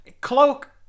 Cloak